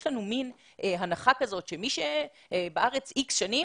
יש לנו הנחה כזאת שמי שבארץ איקס שנים,